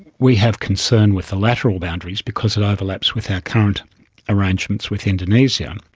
we have concern with the lateral boundaries because it overlaps with our current arrangements with indonesia.